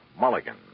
Mulligan